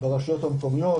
ברשויות המקומיות.